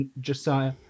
josiah